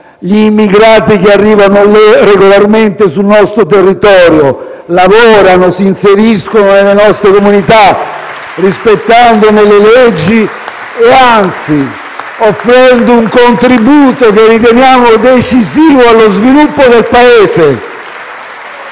gli immigrati che arrivano regolarmente sul nostro territorio, lavorano, si inseriscono nelle nostre comunità, rispettandone le leggi e, anzi, offrendo un contributo che riteniamo decisivo allo sviluppo del Paese.